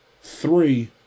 three